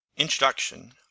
Introduction